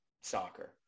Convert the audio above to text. soccer